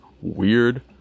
weird